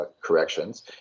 corrections